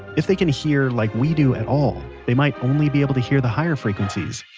if they can hear like we do at all, they might only be able to hear the higher frequencies.